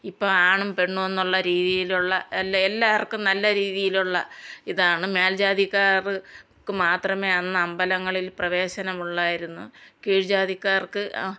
ഇപ്പം ആണും പെണ്ണും എന്നുള്ള രീതിയിലുള്ള എല്ലാ എല്ലാവർക്കും നല്ല രീതിയിലുള്ള ഇതാണ് മേല്ജാതിക്കാർക്ക് മാത്രമേ അന്ന് അമ്പലങ്ങളിൽ പ്രവേശനം ഉള്ളായിരുന്നു കീഴ്ജാതിക്കാർക്ക്